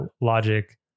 logic